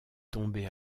tombée